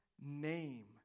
name